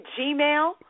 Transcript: Gmail